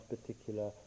particular